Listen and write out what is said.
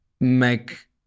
make